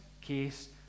case